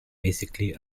basically